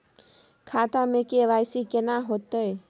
खाता में के.वाई.सी केना होतै?